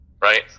Right